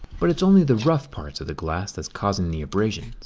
but it's only the rough parts of the glass that's causing the abrasion.